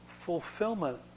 fulfillment